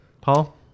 paul